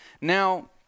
Now